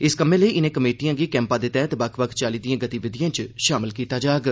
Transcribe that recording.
इस कम्मै लेई इनें कमेटिएं गी कैंपा दे तैहत बक्ख बक्ख चाल्ली दी गतिविधिएं च शामल कीता जाग